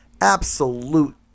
Absolute